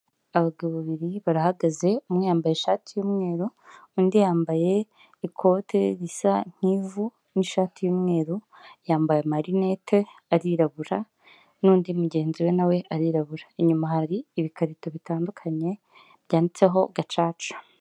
Abagabo babiri barahagaze, umwe yambaye ishati y'umweru ,undi yambaye ikote risa nk'ivu n'ishati y'umweru, yambaye amarinete, arirabura n'undi mugenzi we nawe arirabura .Inyuma hari ibikarito bitandukanye byanditseho inkiko gacaca.